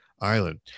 Island